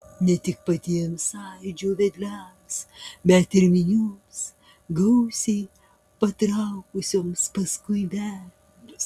ne tik patiems sąjūdžio vedliams bet ir minioms gausiai patraukusioms paskui vedlius